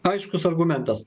aiškus argumentas